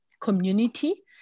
community